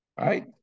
right